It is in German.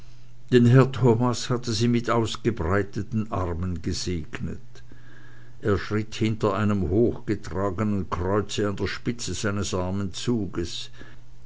denn herr thomas hatte sie mit ausgebreiteten armen gesegnet er schritt hinter einem hochgetragenen kreuze an der spitze seines armen zuges